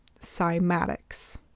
cymatics